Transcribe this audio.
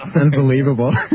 Unbelievable